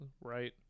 right